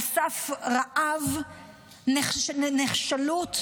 על סף רעב ונחשלות.